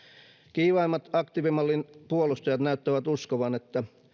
kiivaimmat aktiivimallin puolustajat näyttävät uskovan että